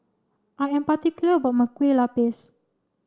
I am particular about my Kueh Lupis